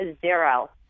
Zero